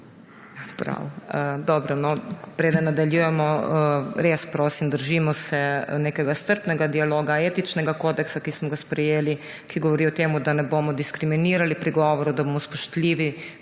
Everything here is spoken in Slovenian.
Prav, dobro. Preden nadaljujemo, res prosim, držimo se strpnega dialoga, Etičnega kodeksa, ki smo ga sprejeli, ki govori o tem, da ne bomo diskriminirali pri govoru, da bomo spoštljivi